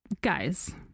guys